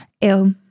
ill